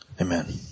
Amen